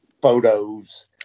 photos